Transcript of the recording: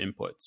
inputs